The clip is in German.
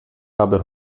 habe